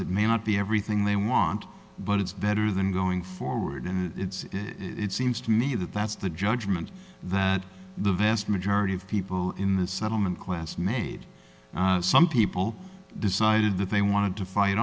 it may not be everything they want but it's better than going forward and it seems to me that that's the judgment that the vast majority of people in this settlement class made some people decided that they wanted to fight